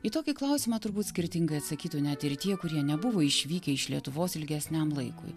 į tokį klausimą turbūt skirtingai atsakytų net ir tie kurie nebuvo išvykę iš lietuvos ilgesniam laikui